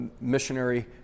missionary